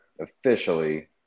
officially